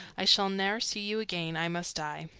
i shall ne'er see you again, i must die.